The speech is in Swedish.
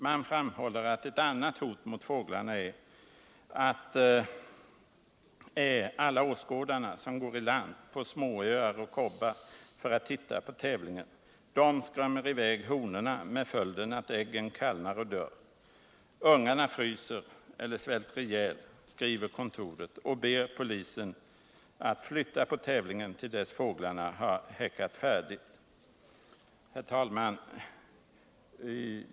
Man framhåller att ett annat hot mot fåglarna är alla åskådare som går i land på småöar och kobbar för att titta på tävlingen. De skrämmer iväg honorna med följden att äggen kallnar. Ungarna fryser eller svälter ihjäl, skriver kontoret, och ber polisen att flytta på tävlingen till dess fåglarna har häckat färdigt.